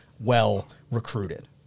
well-recruited